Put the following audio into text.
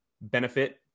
benefit